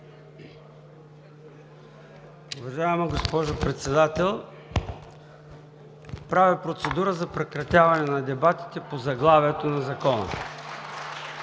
Уважаема госпожо Председател, правя процедура за прекратяване на дебатите по заглавието на Закона.